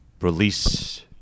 Release